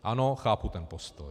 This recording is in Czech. Ano, chápu ten postoj.